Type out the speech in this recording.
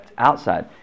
outside